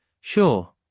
sure